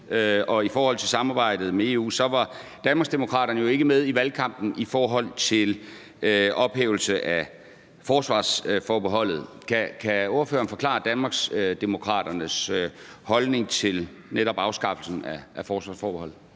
i forhold til samarbejdet med EU. Danmarksdemokraterne var jo ikke med i valgkampen i forhold til ophævelse af forsvarsforbeholdet. Kan ordføreren forklare Danmarksdemokraternes holdning til netop afskaffelsen af forsvarsforbeholdet?